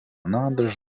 nádrž